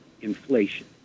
inflation